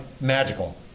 magical